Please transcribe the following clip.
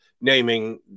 naming